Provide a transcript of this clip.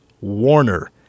Warner